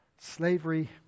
Slavery